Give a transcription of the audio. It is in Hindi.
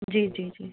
जी जी जी